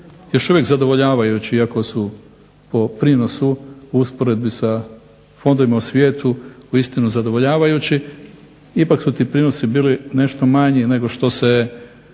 još uvijek zadovoljavajući, iako su po prinosi u usporedbi sa fondovima u svijetu uistinu zadovoljavajući ipak su ti prinosi bili nešto manji nego što se